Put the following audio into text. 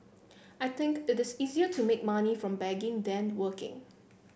I think it is easier to make money from begging than working